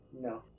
No